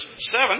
seven